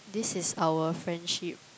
this is our friendship